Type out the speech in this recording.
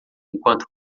enquanto